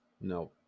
no